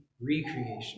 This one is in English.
recreation